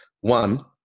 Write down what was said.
One